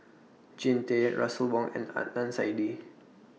Jean Tay Russel Wong and Adnan Saidi